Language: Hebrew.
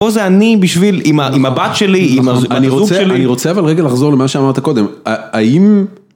או זה אני בשביל, עם ה.. עם הבת שלי, נכון, עם הזוג שלי. אני רוצה, אני רוצה אבל רגע לחזור למה שאמרת קודם. ה.. האם...